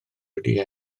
wedi